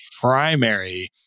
primary